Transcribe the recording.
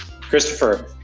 Christopher